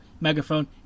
Megaphone